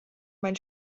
mein